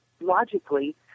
logically